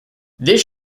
this